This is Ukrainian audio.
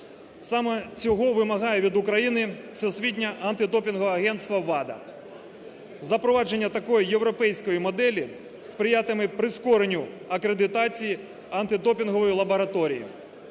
Саме цього вимагає від України Всесвітнє антидопінгове агентство (WADA). Запровадження такої європейської моделі сприятиме прискоренню акредитації антидопінгової лабораторії.